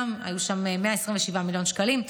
היו שם 127 מיליון שקלים,